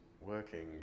working